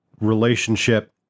relationship